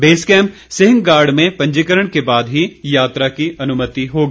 base camp Sinhagad में पंजीकरण के बाद ही यात्रा की अनुमति होगी